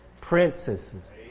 princesses